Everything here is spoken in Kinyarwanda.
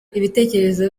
ibitekerezo